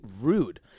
rude